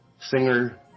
Singer